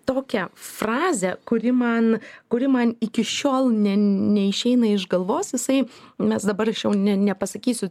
tokią frazę kuri man kuri man iki šiol ne neišeina iš galvos jisai mes dabar ne nepasakysiu